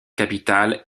capitale